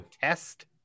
test